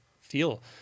feel